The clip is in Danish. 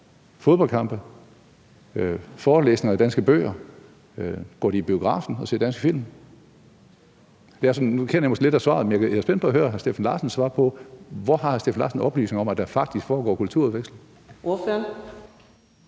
fodboldkampe eller forelæsninger om danske bøger? Går de i biografen og ser danske film? Nu kender jeg måske allerede lidt svaret, men jeg er spændt på at høre hr. Steffen Larsen svar på, hvorfra han har oplysninger om, at der faktisk foregår en kulturudveksling.